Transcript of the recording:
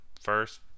first